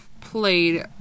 played